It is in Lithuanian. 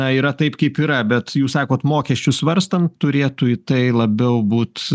na yra taip kaip yra bet jūs sakot mokesčius svarstant turėtų į tai labiau būt